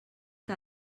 que